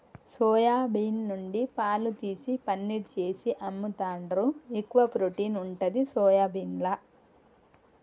soya bean నుండి పాలు తీసి పనీర్ చేసి అమ్ముతాండ్రు, ఎక్కువ ప్రోటీన్ ఉంటది సోయాబీన్ల